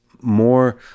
more